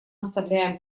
оставляем